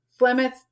Flemeth